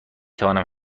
توانم